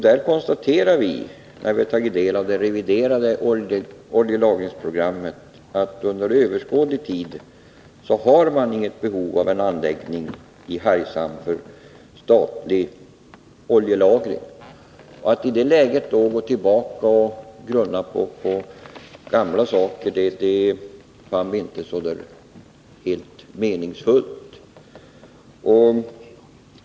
När vi tagit del av det reviderade oljelagringsprogrammet har vi konstaterat att man under överskådlig tid inte har något behov av en anläggning för statlig oljelagring i Hargshamn. Att i det läget gå tillbaka och överväga gamla saker fann vi inte meningsfullt.